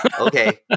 Okay